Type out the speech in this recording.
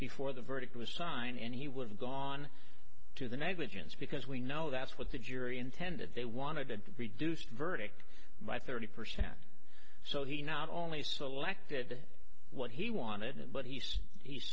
before the verdict was signed and he would have gone to the negligence because we know that's what the jury intended they wanted a reduced verdict by thirty percent so he not only selected what he wanted